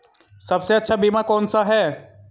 सबसे अच्छा बीमा कौन सा है?